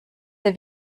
der